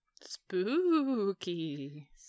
Spooky